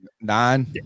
nine